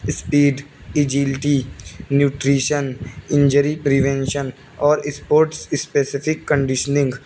speed agility nutrition injury prevention اور sports specific conditioning